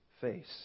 Face